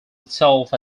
itself